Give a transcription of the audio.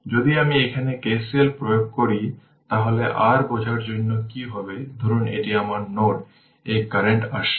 যদি আমি এখানে K C L প্রয়োগ করি তাহলে r বোঝার জন্য কি হবে ধরুন এটি আমার নোড এই কারেন্ট আসছে